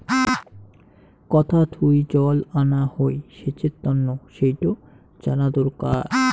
কুথা থুই জল আনা হই সেচের তন্ন সেইটো জানা দরকার